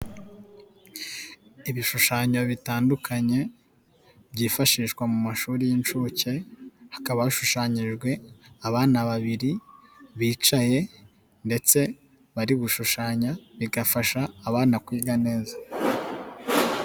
Ibishushanyo bitandukanye byifashishwa mu mashuri y'inshuke hakaba hashushanyijwe abana babiri bicaye ndetse bari gushushanya bigafasha abana kwiga neza.